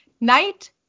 Night